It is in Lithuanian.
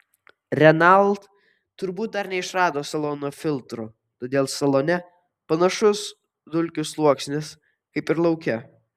renault turbūt dar neišrado salono filtro todėl salone panašus dulkių sluoksnis kaip ir lauke